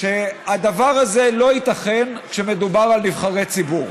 שהדבר הזה לא ייתכן כשמדובר על נבחרי ציבור,